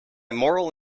moral